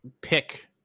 pick